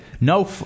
no